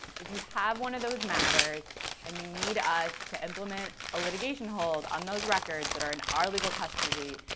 if you have one of those matters and you need us to implement a litigation hold on those records that are in our legal custody,